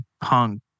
punk